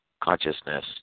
consciousness